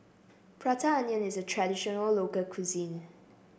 Prata Onion is a traditional local cuisine